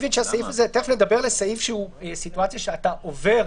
תיכף נדבר על סעיף שהוא סיטואציה שאתה עובר